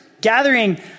gathering